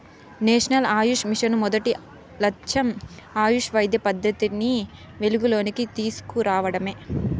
national AYUSH mission మొదటి లచ్చెం ఆయుష్ వైద్య పద్దతిని వెలుగులోనికి తీస్కు రావడమే